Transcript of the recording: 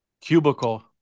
cubicle